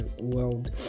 world